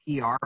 PR